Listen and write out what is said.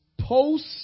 post